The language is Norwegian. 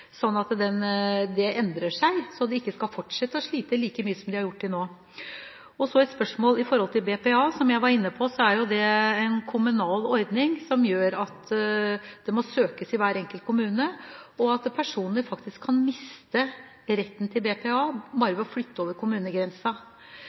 sånn at dette endrer seg og de ikke skal fortsette å slite like mye som de har gjort til nå? Så et spørsmål når det gjelder BPA. Som jeg var inne på, er det en kommunal ordning som gjør at det må søkes i hver enkelt kommune, og at personer faktisk kan miste retten til BPA